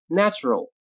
natural